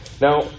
Now